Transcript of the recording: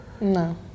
no